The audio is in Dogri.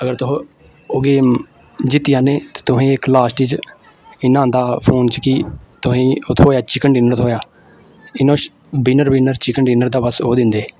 अगर तुस ओह् गेम जित्ती जाने ते तुसें इक लास्ट च इ'यां आंदा हा फोन च कि तुसेंगी ओह् थ्होआ चिकन डिनर थ्होआ इ'यां विनर विनर चिकन डिनर बस ओह् दिंदे हे